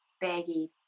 baggy